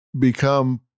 become